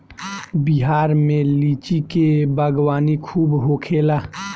बिहार में लीची के बागवानी खूब होखेला